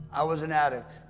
i was an addict,